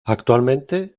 actualmente